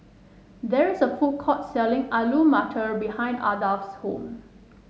there is a food court selling Alu Matar behind Ardath's home